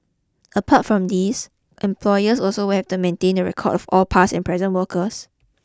apart from these employers will also have to maintain records of all past and present workers